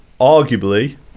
arguably